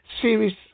series